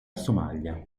somalia